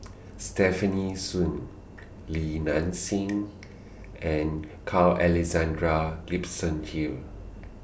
Stefanie Sun Li Nanxing and Carl Alexandral Gibson Hill